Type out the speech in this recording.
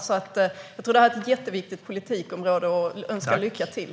Det är ett jätteviktigt politikområde. Jag önskar ministern lycka till.